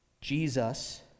Jesus